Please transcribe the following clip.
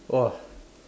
!wah!